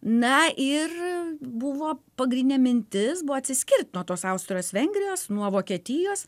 na ir buvo pagrindinė mintis buvo atsiskirt nuo tos austrijos vengrijos nuo vokietijos